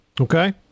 Okay